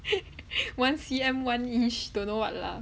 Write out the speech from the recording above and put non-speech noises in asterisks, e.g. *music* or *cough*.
*laughs* one C_M one inch don't know [what] lah